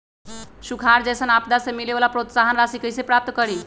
सुखार जैसन आपदा से मिले वाला प्रोत्साहन राशि कईसे प्राप्त करी?